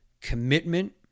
commitment